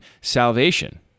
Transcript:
salvation